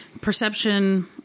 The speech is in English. perception